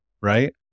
right